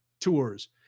tours